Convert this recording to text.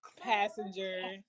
passenger